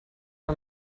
her